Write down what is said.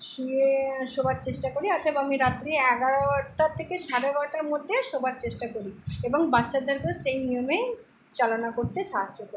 শুয়ে শোবার চেষ্টা করি অতএব আমি রাত্রি এগারোটা থেকে সাড়ে এগারোটার মধ্যে শোবার চেষ্টা করি এবং বাচ্চাদেরকেও সেই নিয়মে চালনা করতে সাহায্য করি